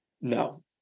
No